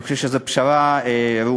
אני חושב שזו פשרה ראויה.